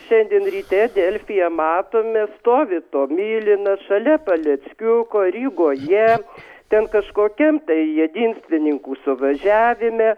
šiandien ryte delfyje matome stovi tomilinas šalia paleckiuko rygoje ten kažkokiam tai jedinstvininkų suvažiavime